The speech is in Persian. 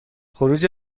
خروج